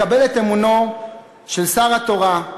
לקבל את אמונו של שר התורה,